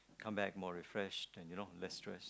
come back more refreshed and you know less stress